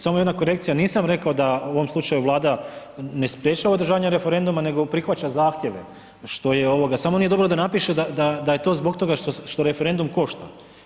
Samo jedna korekcija, nisam rekao da u ovom slučaju Vlada ne sprečava održavanje referenduma nego prihvaća zahtjeve, samo nije dobro da napiše da je to zbog toga što referendum košta.